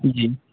جی